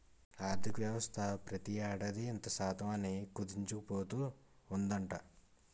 ఆర్థికవ్యవస్థ ప్రతి ఏడాది ఇంత శాతం అని కుదించుకుపోతూ ఉందట